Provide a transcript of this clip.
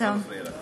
לא נפריע לך.